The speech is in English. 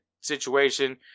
situation